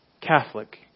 Catholic